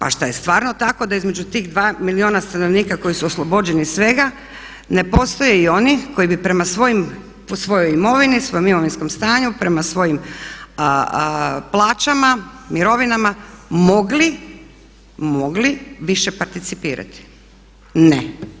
A šta je stvarno tako da između tih dva milijuna stanovnika koji su oslobođeni svega ne postoje i oni koji bi prema svojoj imovini, svom imovinskom stanju, prema svojim plaćama, mirovinama mogli, mogli više participirati, ne.